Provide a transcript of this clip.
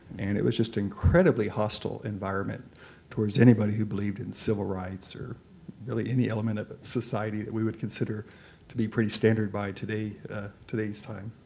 and it was just incredibly hostile environment towards anybody who believed in civil rights or really any element of society that we would consider to be pretty standard by today's today's time.